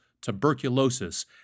tuberculosis